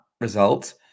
result